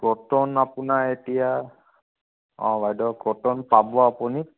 croton আপোনাৰ এতিয়া অ' বাইদ' ক্ৰ'টন পাব আপুনি